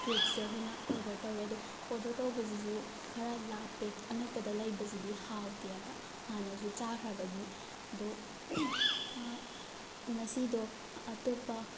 ꯀꯦꯛꯁꯦ ꯑꯩꯈꯣꯏꯅ ꯑꯣꯗꯔ ꯇꯧꯔꯦ ꯑꯗꯣ ꯑꯣꯗꯔ ꯇꯧꯕꯁꯤꯁꯨ ꯈꯔ ꯂꯥꯞꯄꯦ ꯑꯅꯛꯄꯗ ꯂꯩꯕꯁꯤꯗꯤ ꯍꯥꯎꯇꯦꯑꯅ ꯍꯥꯟꯅꯁꯨ ꯆꯥꯈ꯭ꯔꯕꯒꯤ ꯑꯗꯣ ꯉꯁꯤꯗꯣ ꯑꯇꯣꯞꯄ